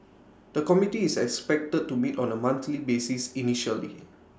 the committee is expected to meet on A monthly basis initially